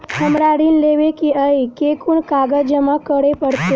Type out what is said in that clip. हमरा ऋण लेबै केँ अई केँ कुन कागज जमा करे पड़तै?